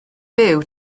byw